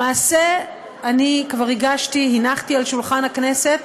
למעשה כבר הנחתי על שולחן הכנסת,